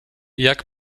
jak